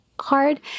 hard